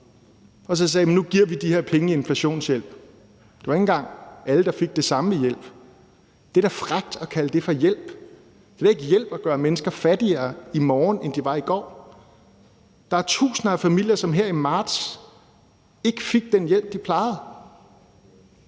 og så sagde man: Nu giver vi de her penge i inflationshjælp. Det var ikke engang alle, der fik det samme i hjælp. Det er da frækt at kalde det for hjælp. Det er da ikke hjælp at gøre mennesker fattigere i morgen, end de var i går. Der er tusinder af familier, som her i marts ikke fik den hjælp, de plejer